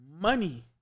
Money